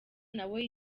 nawe